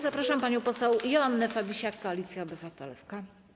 Zapraszam panią poseł Joannę Fabisiak, Koalicja Obywatelska.